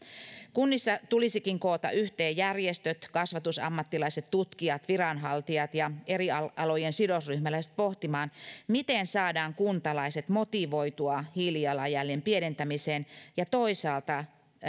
kunnissa tulisikin koota yhteen järjestöt kasvatusammattilaiset tutkijat viranhaltijat ja eri alojen sidosryhmäläiset pohtimaan miten saadaan kuntalaiset motivoitua hiilijalanjäljen pienentämiseen ja toisaalta